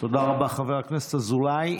תודה רבה, חבר הכנסת אזולאי.